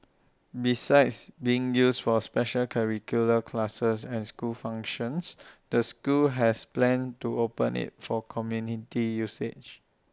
besides being used for special curricular classes and school functions the school has plans to open IT for community usage